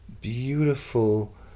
beautiful